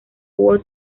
hubo